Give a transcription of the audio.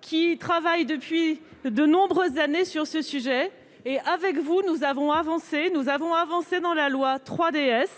qui travaille depuis de nombreuses années sur ce sujet et avec vous, nous avons avancé, nous avons avancé dans la loi 3DS